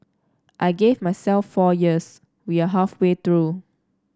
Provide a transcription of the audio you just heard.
I gave myself four years we are halfway through